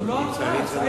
אבל זאת לא ההצעה.